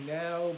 now